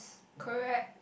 correct